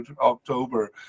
October